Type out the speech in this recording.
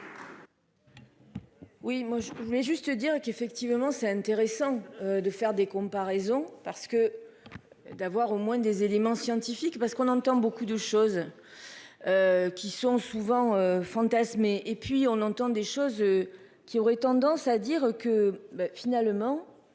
moi je voulais juste te dire qu'effectivement c'est intéressant de faire des comparaisons parce que. D'avoir au moins des éléments scientifiques parce qu'on entend beaucoup de choses. Qui sont souvent fantasmé et puis on entend des choses. Qui auraient tendance à dire que ben finalement.